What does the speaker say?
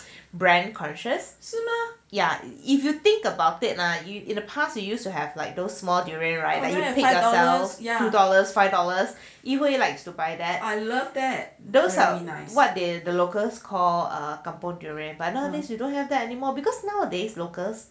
brand conscious yeah it if you think about it are you in the past you used to have like those small durian right like you wouldn't take those two dollars five dollars yihui likes to buy that nowadays the locals call kampung durian but nowadays you don't have that anymore because nowadays locals